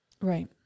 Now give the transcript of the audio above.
Right